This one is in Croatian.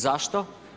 Zašto?